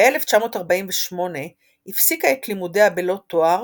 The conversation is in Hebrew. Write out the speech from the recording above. ב-1948 הפסיקה את לימודיה בלא תואר,